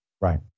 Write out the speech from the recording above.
Right